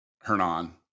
Hernan